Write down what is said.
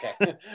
okay